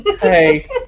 Hey